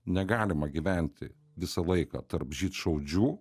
negalima gyventi visą laiką tarp žydšaudžių